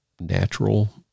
natural